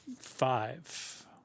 five